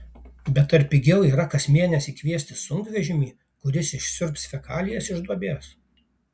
bet ar pigiau yra kas mėnesį kviestis sunkvežimį kuris išsiurbs fekalijas iš duobės